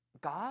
God